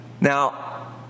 Now